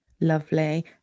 lovely